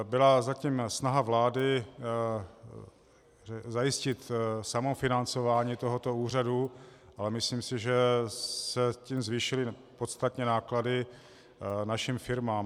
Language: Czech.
Byla zatím snaha vlády zajistit samofinancování tohoto úřadu, ale myslím si, že se tím zvýšily podstatně náklady našim firmám.